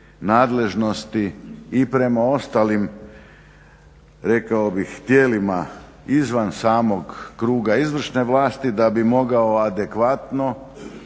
nadležnosti i prema ostalim, rekao bih tijelima izvan samog kruga izvršne vlasti da bi mogao adekvatno,